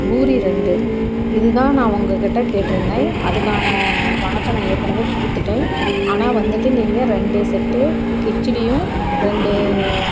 பூரி ரெண்டு இது தான் நான் உங்கள்கிட்ட கேட்டிருந்தேன் அதுக்கான பணத்தை நான் ஏற்கனவே கொடுத்துட்டேன் ஆனால் வந்துட்டு நீங்கள் ரெண்டு செட்டு கிச்சடியும் ரெண்டு